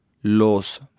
¿Los